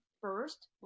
first